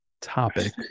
topic